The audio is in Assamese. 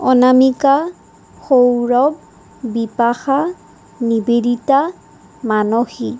অনামিকা সৌৰভ বিপাশা নিবেদিতা মানসী